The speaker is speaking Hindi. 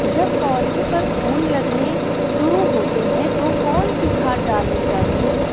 जब पौधें पर फूल लगने शुरू होते हैं तो कौन सी खाद डालनी चाहिए?